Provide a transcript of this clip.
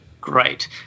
Great